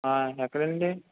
ఎక్కడ అండి